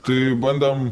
taip bandėm